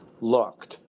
looked